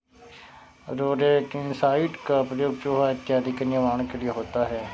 rodenticide का प्रयोग चुहा इत्यादि के निवारण के लिए होता है